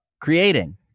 creating